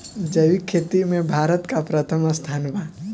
जैविक खेती में भारत का प्रथम स्थान बा